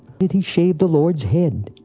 did he shave the lord's head?